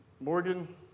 Morgan